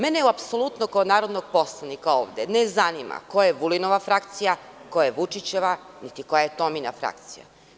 Mene apsolutno kao narodnog poslanika ovde ne zanima ko je Vulinova frakcija, ko je Vučićeva, niti koja je Tomina frakcija.